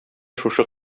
шушы